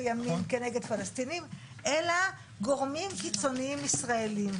ימין כנגד פלסטינים אלא גורמים קיצונים ישראלים.